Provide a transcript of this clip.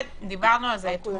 כן, דיברנו על זה אתמול.